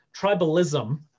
tribalism